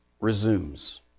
resumes